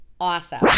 awesome